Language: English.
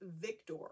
victor